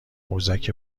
قوزک